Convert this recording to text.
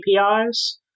APIs